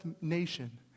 nation